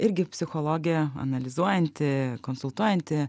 irgi psichologė analizuojanti konsultuojanti